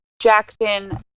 Jackson